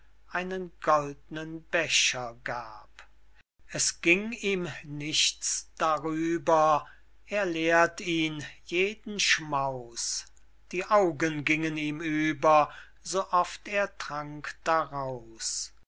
einen goldnen becher gab es ging ihm nichts darüber er leert ihn jeden schmaus die augen gingen ihm über so oft er trank daraus